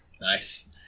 Nice